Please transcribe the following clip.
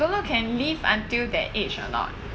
don't know can live until that age or not